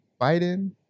Biden